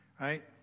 Right